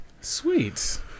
Sweet